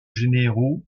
généraux